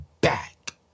back